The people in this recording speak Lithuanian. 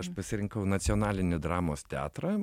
aš pasirinkau nacionalinį dramos teatrą